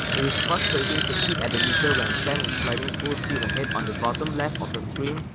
it is frustrating to peek at the meter when sam is sliding full speed ahead on the bottom left of the screen,